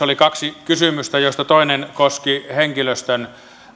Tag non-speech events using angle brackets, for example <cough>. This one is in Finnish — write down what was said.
<unintelligible> oli kaksi kysymystä joista toinen koski henkilöstön